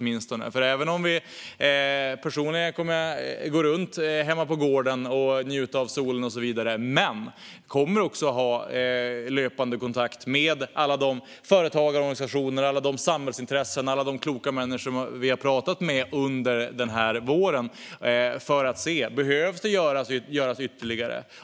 Personligen kommer jag att gå runt hemma på gården, njuta av solen och så vidare, men jag kommer också att ha löpande kontakt med alla de företagare, organisationer och samhällsintressen - alla de kloka människor vi har pratat med under den här våren - för att se om det behöver göras mer.